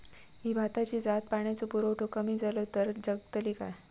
ही भाताची जात पाण्याचो पुरवठो कमी जलो तर जगतली काय?